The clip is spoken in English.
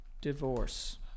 divorce